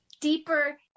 deeper